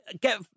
get